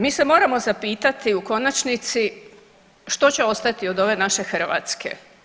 Mi se moramo zapitati u konačnici što će ostati od ove naše Hrvatske.